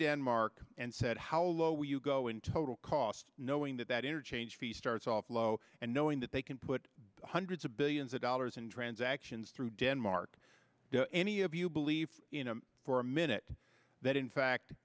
denmark and said how low will you go in total cost knowing that that interchange fees starts off low and knowing that they can put hundreds of billions of dollars in transactions through denmark any of you believe for a minute that in fact